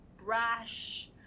brash